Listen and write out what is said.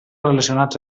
relacionats